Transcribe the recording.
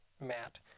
Matt